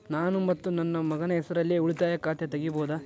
ನಾನು ಮತ್ತು ನನ್ನ ಮಗನ ಹೆಸರಲ್ಲೇ ಉಳಿತಾಯ ಖಾತ ತೆಗಿಬಹುದ?